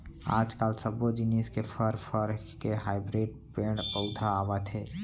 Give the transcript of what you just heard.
आजकाल सब्बो जिनिस के फर, फर के हाइब्रिड पेड़ पउधा आवत हे